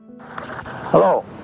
Hello